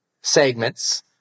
segments